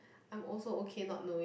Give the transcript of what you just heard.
I'm also okay not knowing